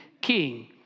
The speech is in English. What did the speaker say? king